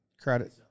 Credit